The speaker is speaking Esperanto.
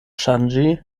ŝanĝi